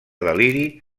deliri